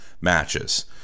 matches